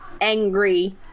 angry